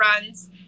runs